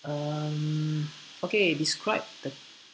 um okay describe the